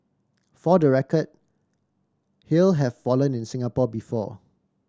for the record hail have fallen in Singapore before